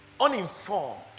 uninformed